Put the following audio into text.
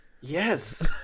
Yes